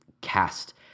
cast